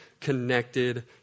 connected